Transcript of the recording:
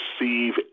receive